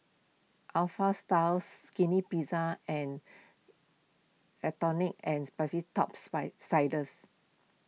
Alpha Style Skinny Pizza and and Sperry Top Sider